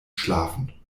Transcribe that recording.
schlafen